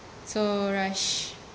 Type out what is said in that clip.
so raj